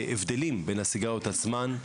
הבדלים בין הסיגריות עצמן?